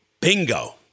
Bingo